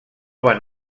van